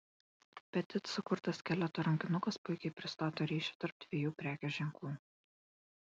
petit sukurtas skeleto rankinukas puikiai pristato ryšį tarp dviejų prekės ženklų